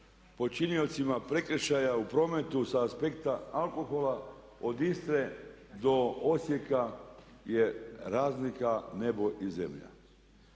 počiniocima prekršaja u prometu sa aspekta alkohola od Istre do Osijeka je razlika nebo i zemlja.